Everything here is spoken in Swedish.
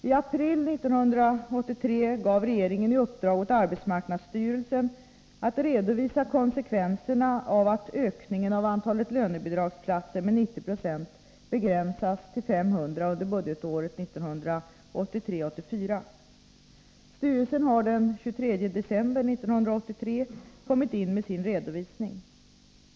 I april 1983 gav regeringen i uppdrag åt arbetsmarknadsstyrelsen att redovisa konsekvenserna av att ökningen av antalet lönebidragsplatser med 9070 begränsas till 500 under budgetåret 1983/84. Styrelsen har den 23 december 1983 kommit in med sin redovisning.